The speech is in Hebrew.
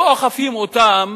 לא אוכפים אותם